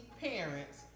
parents